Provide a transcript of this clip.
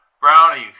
Brownie